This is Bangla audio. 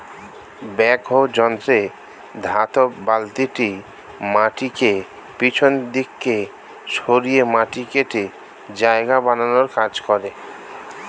ব্যাকহো যন্ত্রে ধাতব বালতিটি মাটিকে পিছনের দিকে সরিয়ে মাটি কেটে জায়গা বানানোর কাজ করে